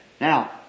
Now